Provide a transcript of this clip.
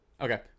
Okay